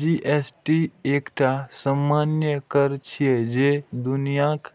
GST एकटा सामान्य कर छियै, जे दुनियाक